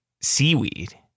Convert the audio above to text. Seaweed